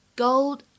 gold